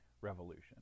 revolution